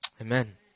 Amen